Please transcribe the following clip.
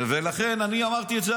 ולכן אני אמרתי את זה,